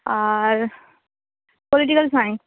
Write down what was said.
R political science